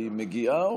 היא מגיעה?